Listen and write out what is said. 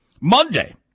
Monday